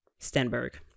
stenberg